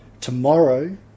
Tomorrow